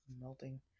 melting